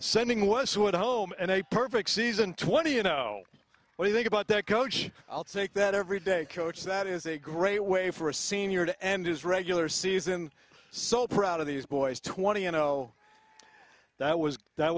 sending was what home and a perfect season twenty you know when you think about that coach i'll take that every day coach that is a great way for a senior to end his regular season so proud of these boys twenty you know that was that